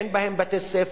שאין בהם בתי-ספר,